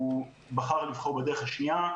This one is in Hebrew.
הוא בחר לבחור בדרך השנייה.